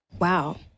Wow